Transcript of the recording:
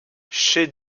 chef